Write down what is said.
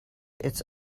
its